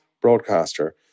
broadcaster